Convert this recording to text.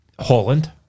Holland